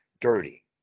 dirty